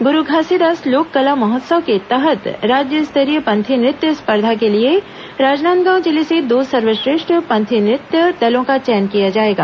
गुरू घासीदास लोक कला महोत्सव के तहत राज्य स्तरीय पंथी नृत्य स्पर्धा के लिए राजनादगाव जिले से दो सर्वश्रेष्ठ पंथी नृत्य दलों का चयन किया जाएगा